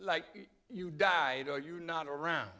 like you died or you're not around